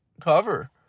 cover